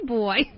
boy